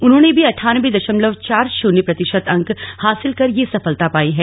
उन्होंने भी अठानब्बे दशमलव चार शन्य प्रतिशत अंक हासिल कर यह सफलता पाई है